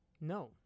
No